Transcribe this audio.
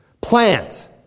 Plant